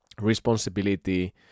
Responsibility